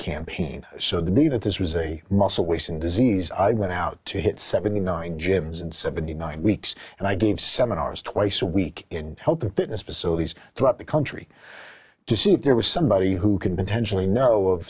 campaign so the that this was a muscle wasting disease i went out to hit seventy nine gyms in seventy nine weeks and i gave seminars twice a week in health and fitness facilities throughout the country to see if there was somebody who could potentially know